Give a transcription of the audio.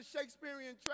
Shakespearean